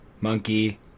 Monkey